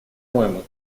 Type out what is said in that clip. моему